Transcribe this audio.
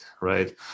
right